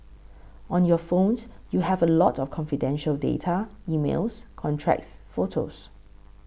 on your phones you have a lot of confidential data emails contacts photos